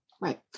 Right